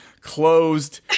closed